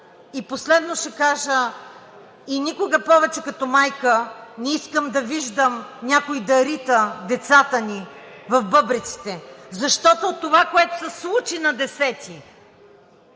И последно ще кажа – никога повече като майка не искам да виждам някой да рита децата ни в бъбреците, защото това, което се случи на 10-и,